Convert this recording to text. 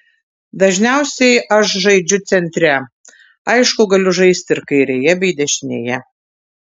dažniausiai aš žaidžiu centre aišku galiu žaisti ir kairėje bei dešinėje